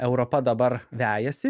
europa dabar vejasi